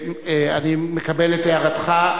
אני מקבל את הערתך.